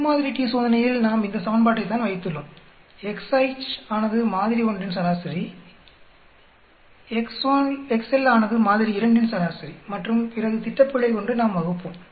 இரு மாதிரி t சோதனையில் நாம் இந்த சமன்பாட்டைத்தான் வைத்துள்ளோம் ஆனது மாதிரி ஒன்றின் சராசரி ஆனது மாதிரி இரண்டின் சராசரி மற்றும் பிறகு திட்டப்பிழை கொண்டு நாம் வகுப்போம்